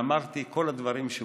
אמרתי את כל הדברים שבוצעו.